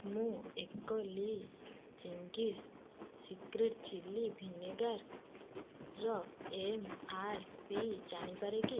ମୁଁ ଏକ ଲି ଚେଙ୍ଗିସ୍ ସିକ୍ରେଟ୍ ଚିଲ୍ଲି ଭିନେଗାର୍ର ଏମ୍ ଆର୍ ପି ଜାଣିପାରେ କି